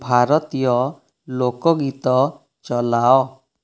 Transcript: ଭାରତୀୟ ଲୋକ ଗୀତ ଚଲାଅ